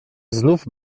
znów